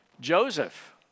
Joseph